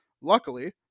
Luckily